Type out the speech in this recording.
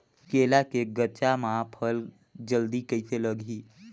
केला के गचा मां फल जल्दी कइसे लगही?